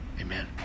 Amen